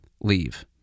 leave